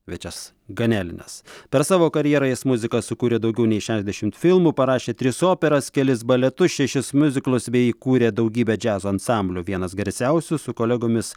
viačes ganelinas per savo karjerą jis muziką sukūrė daugiau nei šešiasdešimt filmų parašė tris operas kelis baletus šešis miuziklus bei įkūrė daugybę džiazo ansamblių vienas garsiausių su kolegomis